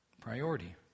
Priority